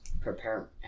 prepare